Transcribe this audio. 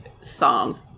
song